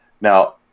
now